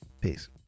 peace